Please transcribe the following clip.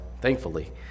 thankfully